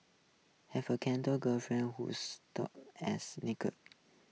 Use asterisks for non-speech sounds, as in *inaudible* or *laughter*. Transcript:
have a canto girlfriend who's tough as *unintelligible*